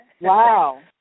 Wow